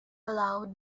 aloud